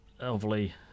overly